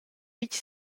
vitg